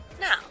Now